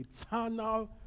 eternal